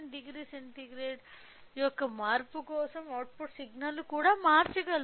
390 centigrade యొక్క మార్పు కోసం అవుట్పుట్ సిగ్నల్ను మార్చగలదు